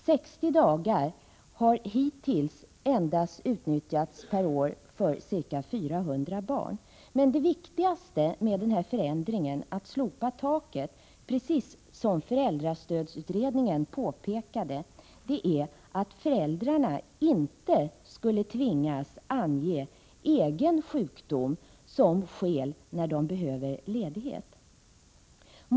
Hittills har de 60 dagarna endast utnyttjats för ca 400 barn. Det viktigaste skälet för denna förändring, att slopa taket, är dock, precis som familjestödsutredningen påpekade, att föräldrarna inte skulle tvingas att uppge egen sjukdom när de behöver ledighet.